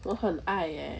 我很爱 eh